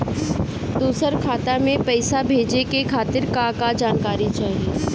दूसर खाता में पईसा भेजे के खातिर का का जानकारी चाहि?